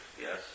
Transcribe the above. yes